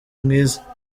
mwiza